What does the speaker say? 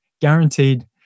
guaranteed